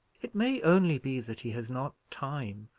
it may only be that he has not time,